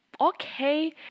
okay